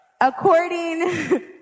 According